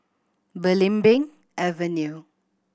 Belimbing Avenue